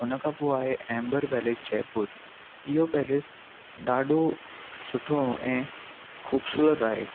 हुन खां पोइ आहे एम्बर पैलेस जयपुर इहो पैलेस ॾाढो सुठो ऐं खू़बसूरत आहे